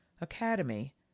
Academy